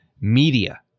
media